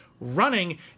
running